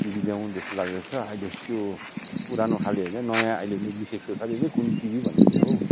TV ल्याऊँ जस्तो लाग्दैछ अहिले त्यो पुरानो खाले होइन नयाँ अहिले नि निस्केको स सालीले कुन टिभी भन्दै थियो हौ